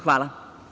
Hvala.